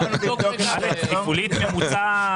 תפעולית ממוצע,